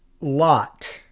Lot